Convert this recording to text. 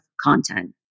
content